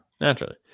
Naturally